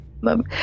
Love